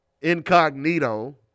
incognito